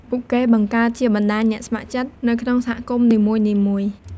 ពួកគេបង្កើតជាបណ្តាញអ្នកស្ម័គ្រចិត្ត នៅក្នុងសហគមន៍នីមួយៗ។